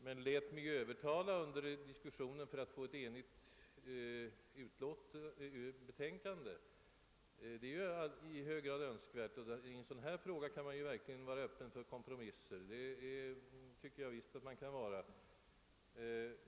Men jag lät mig övertalas under diskussionen inom utredningen för att betänkandet skulle bli enhälligt. Detta var ju i hög grad önskvärt, och i en sådan här fråga kan man verkligen vara öppen för kompromisser — det tycker i varje fall jag.